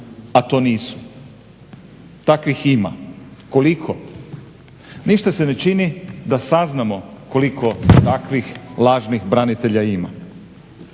a to nisu. Takvih ima, koliko? Ništa se ne čini da saznamo koliko takvih lažnih branitelja ima.